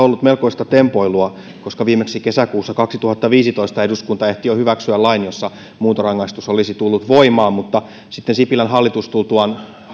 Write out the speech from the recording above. melkoista tempoilua koska viimeksi kesäkuussa kaksituhattaviisitoista eduskunta ehti jo hyväksyä lain jossa muuntorangaistus olisi tullut voimaan mutta sitten sipilän hallitus tultuaan